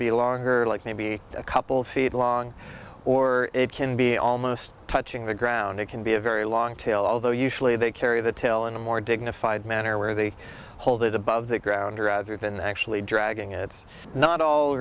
be longer like maybe a couple feet long or it can be almost touching the ground it can be a very long tail although usually they carry the tail in a more dignified manner where they hold it above the ground rather than actually dragging it's not all